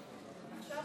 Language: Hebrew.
אז לענות?